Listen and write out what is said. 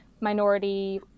minority